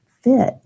fit